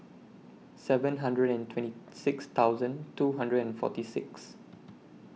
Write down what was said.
seven hundred and twenty six thousand two hundred and forty six